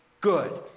good